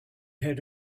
heard